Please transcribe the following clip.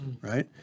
Right